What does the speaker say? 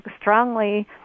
strongly